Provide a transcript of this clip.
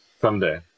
someday